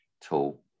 tool